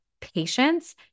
patience